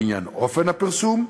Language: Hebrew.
לעניין אופן הפרסום,